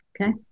okay